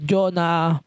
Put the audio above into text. Jonah